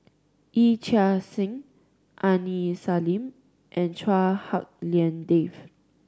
Yee Chia Hsing Aini Salim and Chua Hak Lien Dave